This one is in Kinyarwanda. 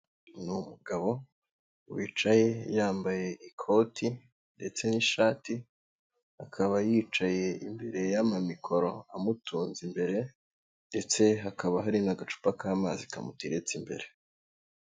Ni umugabo wicaye yambaye ikoti ndetse n'ishati, akaba yicaye imbere y'amamikoro amutunze imbere, ndetse hakaba hari n'agacupa k'amazi kamuteretse imbere.